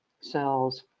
cells